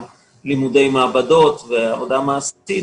גם לימודי מעבדות ועבודה מעשית,